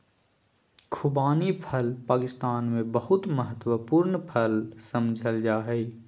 खुबानी फल पाकिस्तान में बहुत महत्वपूर्ण फल समझल जा हइ